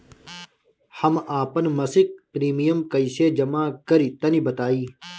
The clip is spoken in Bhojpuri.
हम आपन मसिक प्रिमियम कइसे जमा करि तनि बताईं?